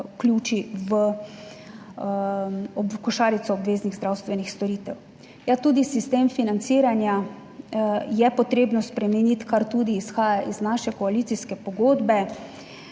v košarico obveznih zdravstvenih storitev. Ja, tudi sistem financiranja je potrebno spremeniti, kar tudi izhaja iz naše koalicijske pogodbe.